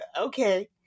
okay